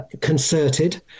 concerted